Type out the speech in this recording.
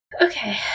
okay